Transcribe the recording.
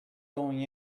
going